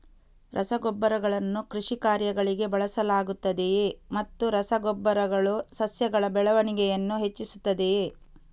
ರಸಗೊಬ್ಬರಗಳನ್ನು ಕೃಷಿ ಕಾರ್ಯಗಳಿಗೆ ಬಳಸಲಾಗುತ್ತದೆಯೇ ಮತ್ತು ರಸ ಗೊಬ್ಬರಗಳು ಸಸ್ಯಗಳ ಬೆಳವಣಿಗೆಯನ್ನು ಹೆಚ್ಚಿಸುತ್ತದೆಯೇ?